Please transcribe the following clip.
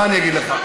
מה אני אגיד לך?